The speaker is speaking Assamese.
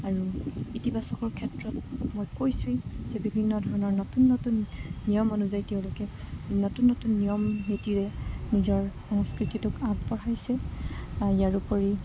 আৰু ইতিবাচকৰ ক্ষেত্ৰত মই কৈছোঁৱে যে বিভিন্ন ধৰণৰ নতুন নতুন নিয়ম অনুযায়ী তেওঁলোকে নতুন নতুন নিয়ম নীতিৰে নিজৰ সংস্কৃতিটোক আগবঢ়াইছে ইয়াৰোপৰি